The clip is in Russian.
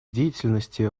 деятельности